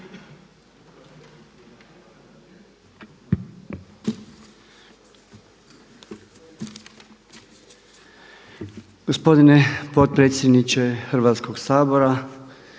Gospodine potpredsjedniče Hrvatskoga sabora,